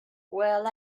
well